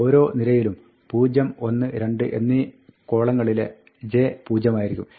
ഓരോ നിരയിലും 0 1 2 എന്നീ കോളങ്ങളിലെ j പൂജ്യമായിരിക്കും